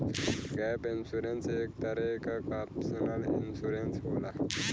gap insurance एक तरे क ऑप्शनल इंश्योरेंस होला